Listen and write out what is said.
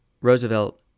Roosevelt